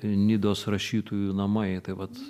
nidos rašytojų namai tai vat